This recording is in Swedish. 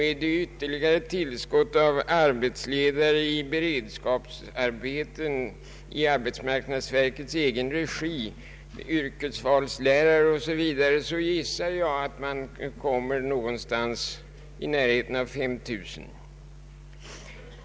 Med ytterligare tillskott av arbetsledare vid beredskapsarbeten i arbetsmarknadsverkets egen regi, yrkesvalslärare o.s.v. gissar jag att man kommer någonstans i närheten av 5 000.